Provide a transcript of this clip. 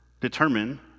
determine